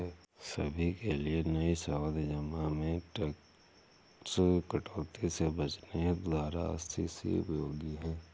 सभी के लिए नई सावधि जमा में टैक्स कटौती से बचने हेतु धारा अस्सी सी उपयोगी है